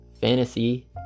fantasy